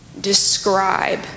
describe